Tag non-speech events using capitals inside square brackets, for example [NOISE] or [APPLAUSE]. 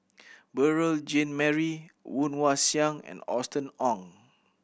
[NOISE] Beurel Jean Marie Woon Wah Siang and Austen Ong